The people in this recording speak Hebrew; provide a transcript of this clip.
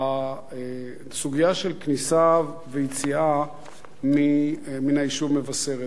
בסוגיה של כניסה ויציאה מן היישוב מבשרת.